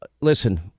Listen